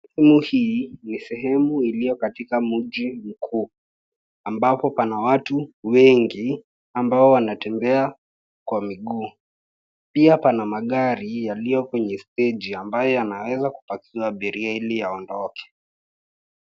Sehemu hii ni sehemu iliyo katika mti mkuu ambapo kuna watu wengi ambao wanatembea kwa miguu. Pia pana magari yaliyo kwenye steji ambayo yanaweza kupakiwa abiria ili yaondoke.